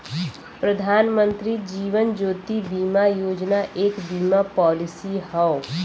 प्रधानमंत्री जीवन ज्योति बीमा योजना एक बीमा पॉलिसी हौ